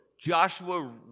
Joshua